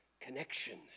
connection